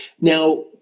Now